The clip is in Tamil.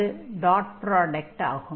அது டாட் ப்ராடக்ட் v ஆகும்